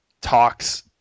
talks